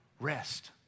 rest